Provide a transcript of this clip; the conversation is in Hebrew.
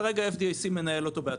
כרגע FDIC מנהל אותו בעצמו.